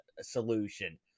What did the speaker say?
solution